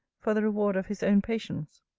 for the reward of his own patience.